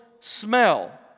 smell